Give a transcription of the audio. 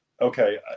Okay